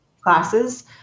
classes